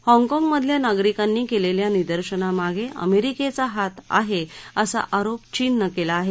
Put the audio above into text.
हाँगकाँग मधल्या नागरिकांनी केलेल्या निदर्शनांमागे अमेरिकेचा हात आहे असा आरोप चीननं केला आहे